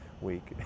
Week